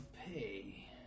pay